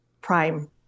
prime